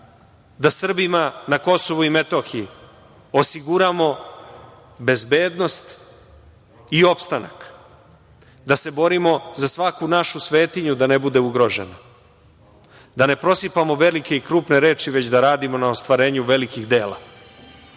da Srbima na KiM osiguramo bezbednost i opstanak, da se borimo za svaku našu svetinju da ne bude ugrožena, da ne prosipamo velike i krupne reči, već da radimo na ostvarenju velikih dela.